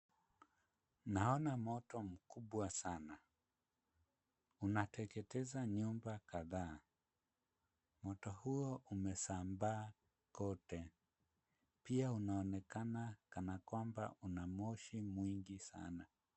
Naona moto mkubwa sana. Unateketeza nyumba kadhaa. Moto huo umesambaa kote. Pia unaonekana kana kwamba una moshi mwingi sana.